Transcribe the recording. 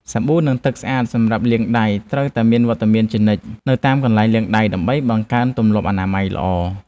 សាប៊ូនិងទឹកស្អាតសម្រាប់លាងដៃត្រូវតែមានវត្តមានជានិច្ចនៅតាមកន្លែងលាងដៃដើម្បីបង្កើនទម្លាប់អនាម័យល្អ។